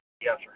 Yes